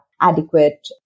adequate